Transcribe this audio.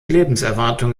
lebenserwartung